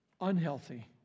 unhealthy